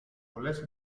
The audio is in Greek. πολλές